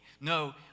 No